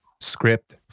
script